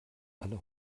alle